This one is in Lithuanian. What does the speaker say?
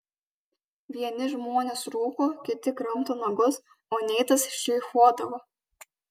vieni žmonės rūko kiti kramto nagus o neitas štrichuodavo